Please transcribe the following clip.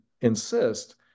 insist